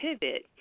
pivot